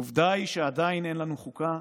עובדה היא שעדיין אין לנו חוקה,